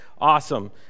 Awesome